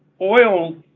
oil